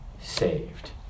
saved